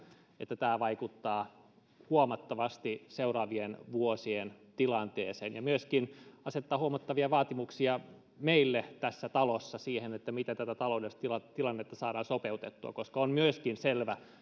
että tämä vaikuttaa huomattavasti seuraavien vuosien tilanteeseen ja myöskin asettaa huomattavia vaatimuksia meille tässä talossa siihen miten tätä taloudellista tilannetta saadaan sopeutettua on myöskin selvä